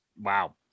Wow